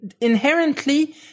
inherently